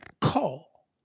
call